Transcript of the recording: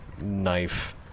knife